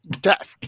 death